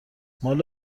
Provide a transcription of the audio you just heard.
مال